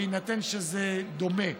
בהינתן שזה דומה,